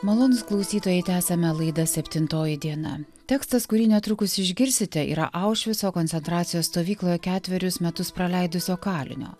malonūs klausytojai tęsiame laidą septintoji diena tekstas kurį netrukus išgirsite yra aušvico koncentracijos stovykloje ketverius metus praleidusio kalinio